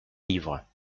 livres